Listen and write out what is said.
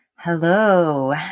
Hello